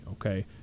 okay